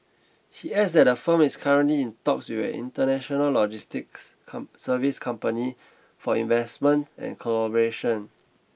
he adds that the firm is currently in talks with an international logistics services company for investment and collaboration